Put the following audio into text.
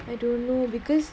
I don't know because